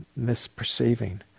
misperceiving